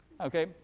okay